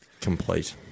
Complete